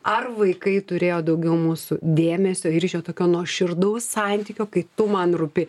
ar vaikai turėjo daugiau mūsų dėmesio ir iš jo tokio nuoširdaus santykio kai tu man rūpi